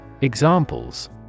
Examples